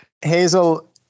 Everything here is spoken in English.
Hazel